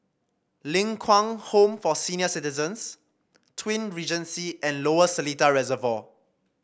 Ling Kwang Home for Senior Citizens Twin Regency and Lower Seletar Reservoir